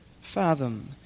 fathom